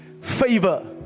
Favor